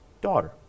daughter